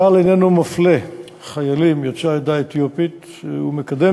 צה"ל איננו מפלה חיילים יוצאי העדה האתיופית ומקדם